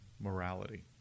morality